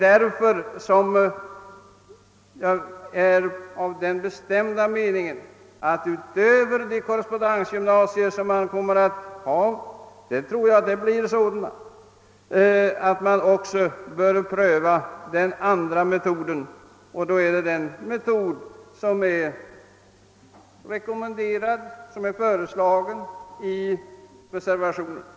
Därför är jag av den bestämda meningen att vi utöver försöken med korrespondensgymnasierna också bör pröva den metod som är föreslagen och rekommenderad i reservationen 1.